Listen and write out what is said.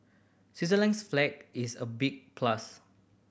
Switzerland's flag is a big plus